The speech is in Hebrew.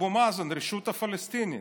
אבו מאזן, הרשות הפלסטינית.